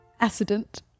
Accident